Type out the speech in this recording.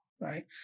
right